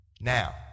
Now